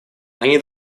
они